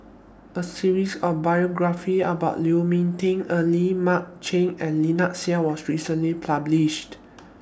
A series of biographies about Lu Ming Teh Earl Mark Chan and Lynnette Seah was recently published